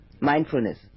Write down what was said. Mindfulness